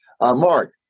Mark